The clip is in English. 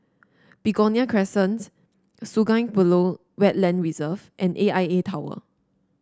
Begonia Crescent Sungei Buloh Wetland Reserve and A I A Tower